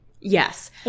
Yes